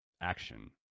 action